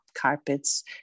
carpets